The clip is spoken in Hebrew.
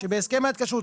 שבהסכם ההתקשרות.